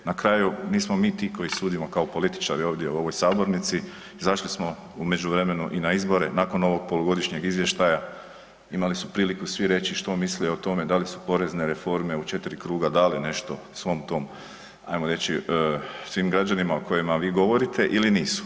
Na kraju, nismo mi ti koji sudimo kao političari ovdje u ovoj sabornici, izašli smo u međuvremenu i na izbore, nakon ovog polugodišnjeg izvještaja imali su priliku svi reći što misle o tome, da li su porezne reforme u četiri kruga dale nešto svom tom ajmo reći svim građanima o kojima vi govorite ili nisu.